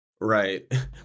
right